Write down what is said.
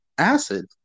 acid